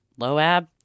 loab